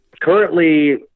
currently